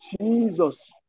Jesus